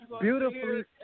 beautifully